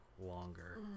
longer